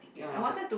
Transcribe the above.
yeah the